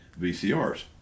VCRs